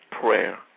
prayer